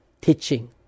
teaching